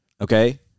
okay